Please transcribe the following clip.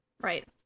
Right